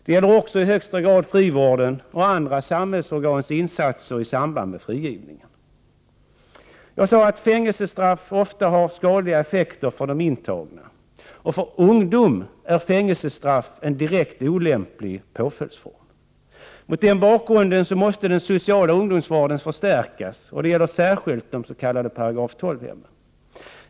Det gäller också i högsta grad frivården och andra samhällsorgans insatser i samband med frigivningen. Jag sade att fängelsestraff ofta har skadliga effekter för de intagna. För ungdomar är fängelsestraff en direkt olämplig påföljdsform. Mot den bakgrunden måste den sociala ungdomsvården förstärkas. Det gäller särskilt de s.k. § 12-hemmen.